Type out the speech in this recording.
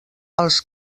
els